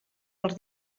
els